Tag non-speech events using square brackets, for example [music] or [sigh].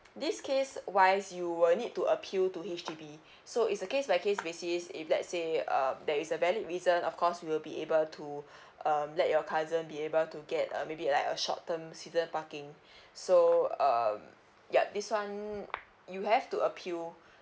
this case wise you will need to appeal to H_D_B so it's a case by case basis if let's say um there is a valid reason of course we will be able to [breath] um that your cousin be able to get uh maybe like a short term season parking so um yup this one you have to appeal